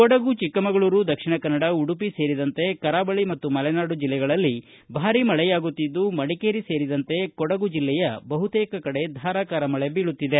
ಕೊಡಗು ಚಿಕ್ಕಮಗಳೂರು ದಕ್ಷಿಣ ಕನ್ನಡ ಉಡುಪಿ ಸೇರಿದಂತೆ ಕರಾವಳಿ ಮತ್ತು ಮಲೆನಾಡು ಜಿಲ್ಲೆಗಳಲ್ಲಿ ಭಾರೀ ಮಳೆಯಾಗುತ್ತಿದ್ದು ಮಡಿಕೇರಿ ಸೇರಿದಂತೆ ಕೊಡುಗು ಜಿಲ್ಲೆಯ ಬಹುತೇಕ ಕಡೆ ಧಾರಾಕಾರ ಮಳೆ ಬೀಳುತ್ತಿದೆ